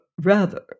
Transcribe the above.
rather